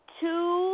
two